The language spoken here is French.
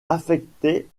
affectait